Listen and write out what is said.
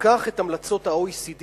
ניקח את המלצות ה-OECD